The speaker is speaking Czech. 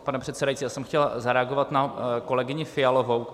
Pane předsedající, já jsem chtěl zareagovat na kolegyni Fialovou.